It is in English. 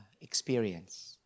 experience